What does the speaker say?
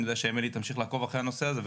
אני גם יודע שאמילי תמשיך לעקוב אחרי הנושא הזה.